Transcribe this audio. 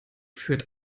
führt